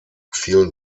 vielen